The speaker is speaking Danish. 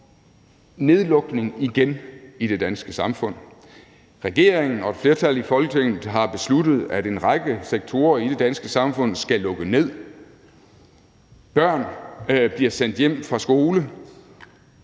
nedlukning igen i det danske samfund. Regeringen og et flertal i Folketinget har besluttet, at en række sektorer i det danske samfund skal lukke ned, børn bliver sendt hjem fra skole,